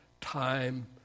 time